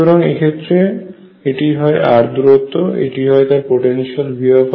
সুতরাং এক্ষেত্রে এটি হয় r দূরত্ব এবং এটি হয় তার পোটেনশিয়াল V